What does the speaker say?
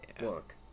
look